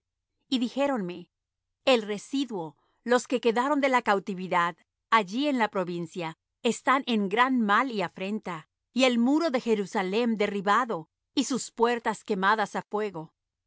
y dijéronme el residuo los que quedaron de la cautividad allí en la provincia están en gran mal y afrenta y el muro de jerusalem derribado y sus puertas quemadas á fuego